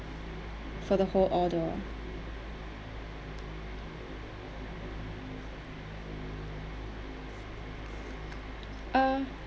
for the whole order uh